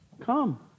come